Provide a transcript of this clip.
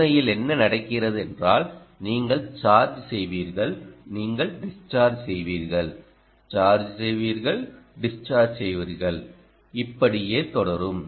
உண்மையில் என்ன நடக்கிறது என்றால் நீங்கள் சார்ஜ் செய்வீர்கள் நீங்கள் டிஸ்சார்ஜ் செய்வீர்கள் சார்ஜ் செய்வீர்கள் டிஸ்சார்ஜ் செய்வீர்கள் இப்படியே தொடரும்